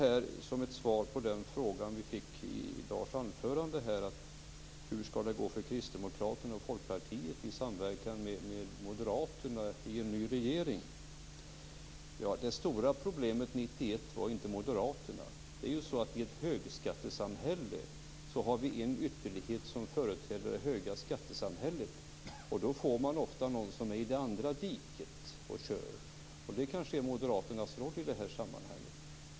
Sedan skall jag svara på den fråga vi fick i Lars anförande om hur det skall gå för Kristdemokraterna och Folkpartiet i samverkan med Moderaterna i en ny regering. Det stora problemet 1991 var inte Moderaterna. Det är ju så att i ett högskattesamhälle finns det en ytterlighet som företräder högskattesamhället. Då får man ofta någon som kör i det andra diket, och det kanske är Moderaternas roll i det här sammanhanget.